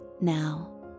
now